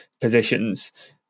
positions